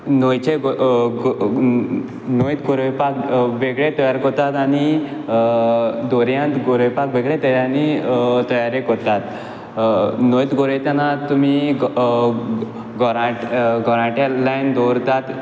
न्होंयचें न्होंयन गोरोवपाक वेगळे तोयार कोरतात आनी दोरयांत गोरोवपा वेगळे तयारी कोरता आनी न्होंयत गोरोयतना तुमी गोरा गोराटे लायन दवरतात